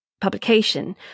publication